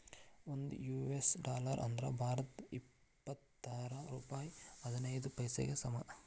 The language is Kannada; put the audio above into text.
ಒಂದ್ ಯು.ಎಸ್ ಡಾಲರ್ ಅಂದ್ರ ಭಾರತದ್ ಎಪ್ಪತ್ತಾರ ರೂಪಾಯ್ ಹದಿನೈದ್ ಪೈಸೆಗೆ ಸಮ